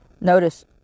Notice